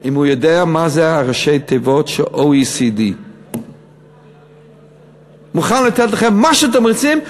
אם הוא יודע מה זה ראשי התיבות של OECD. מוכן לתת לכם מה שאתם רוצים,